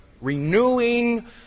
renewing